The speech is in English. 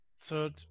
third